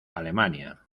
alemania